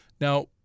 Now